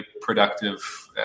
productive